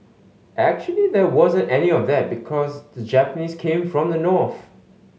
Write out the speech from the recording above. actually there wasn't any of that because the Japanese came from the north